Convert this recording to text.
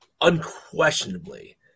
unquestionably